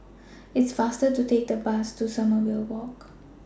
IT IS faster to Take The Bus to Sommerville Walk